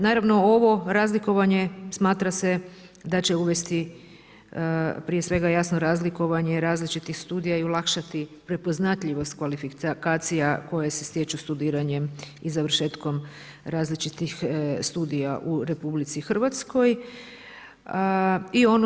Naravno ovo razlikovanje smatra se da će uvesti prije svega jasno razlikovanje različitih studija i olakšati prepoznatljivost kvalifikacija koje se stječu studiranjem i završetkom različitih studija u Republici Hrvatskoj.